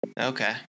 Okay